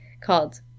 called